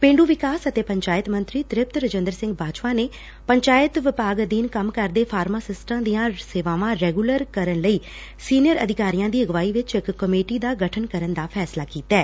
ਪੇਂਡੁ ਵਿਕਾਸ ਅਤੇ ਪੰਚਾਇਤ ਮੰਤਰੀ ਤ੍ਪਤ ਰਜਿੰਦਰ ਸਿੰਘ ਬਾਜਵਾ ਨੇ ਪੰਚਾਇਤ ਵਿਭਾਗ ਅਧੀਨ ਕੰਮ ਕਰਦੇ ਫਾਰਮਾਸਿਸਟਾਂ ਦੀਆਂ ਸੇਵਾਵਾਂ ਰੈਗੂਲਰ ਕਰਨ ਲਈ ਸੀਨੀਅਰ ਅਧਿਕਾਰੀਆਂ ਦੀ ਅਗਵਾਈ ਵਿਚ ਇਕ ਕਮੇਟੀ ਦਾ ਗਠਨ ਕਰਨ ਦਾ ਫੈਸਲਾ ਕੀਤੈ